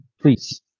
please